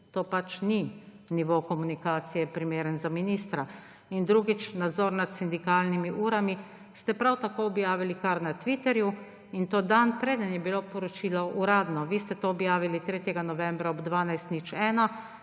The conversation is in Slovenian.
To pač ni nivo komunikacije, primeren za ministra. In drugič, nadzor nad sindikalnimi urami ste prav tako objavili kar na Twitterju, in to dan preden je bilo poročilo uradno. Vi ste to objavili 3. novembra ob 12.01,